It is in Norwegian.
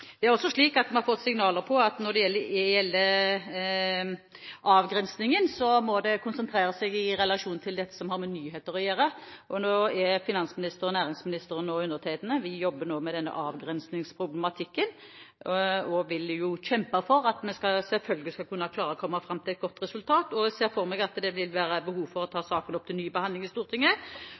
Vi har også fått signaler om at når det gjelder avgrensingen, må det konsentrere seg i relasjon til det som har med nyheter å gjøre. Finansministeren, næringsministeren og undertegnede jobber nå med denne avgrensingsproblematikken og vil kjempe for at vi selvfølgelig skal kunne klare å komme fram til et godt resultat. Jeg ser for meg at det vil bli behov for å ta saken opp til ny behandling i Stortinget